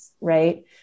right